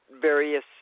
various